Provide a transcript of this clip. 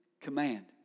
command